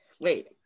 Wait